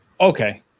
Okay